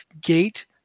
gate